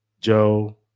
Joe